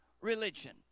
religion